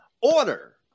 order